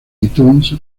itunes